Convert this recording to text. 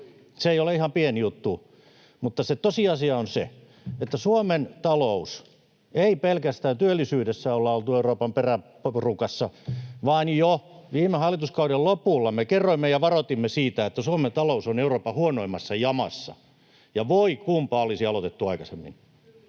Se ei ole ihan pieni juttu. Mutta se tosiasia on se, että ei pelkästään työllisyydessä olla oltu Euroopan peräporukassa, vaan jo viime hallituskauden lopulla me kerroimme ja varoitimme siitä, että Suomen talous on Euroopan huonoimmassa jamassa, ja voi kunpa olisi aloitettu aikaisemmin.